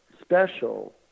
special